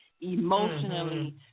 emotionally